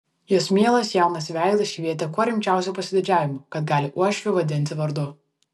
jos mielas jaunas veidas švietė kuo rimčiausiu pasididžiavimu kad gali uošvį vadinti vardu